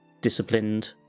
disciplined